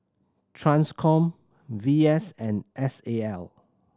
Transcom V S and S A L